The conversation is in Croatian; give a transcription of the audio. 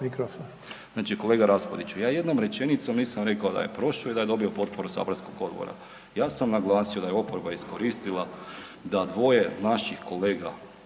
Znači kolega Raspudiću, ja jednom rečenicom nisam rekao da je prošao i da je dobio potporu saborskog odbora. Ja sam naglasio da je oporba iskoristila da dvoje naših kolega